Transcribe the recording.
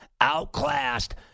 outclassed